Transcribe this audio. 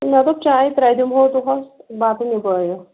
مےٚ دوٚپ چایے ترٛےٚ دِمہو دۅہَس بَتَہٕ نِبٲوِو